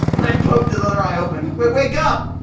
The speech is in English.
i've poked his other eye open! wake up!